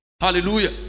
Hallelujah